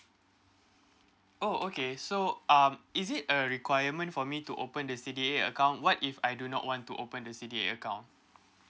oh okay so um is it a requirement for me to open the C_D_A account what if I do not want to open the C_D_A account